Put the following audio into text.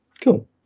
Cool